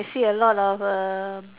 I see a lot of err